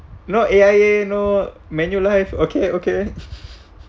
no A_I_A no manulife okay okay